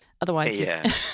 Otherwise